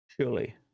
Surely